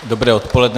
Dobré odpoledne.